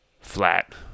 flat